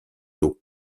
tôt